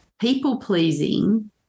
people-pleasing